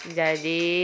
jadi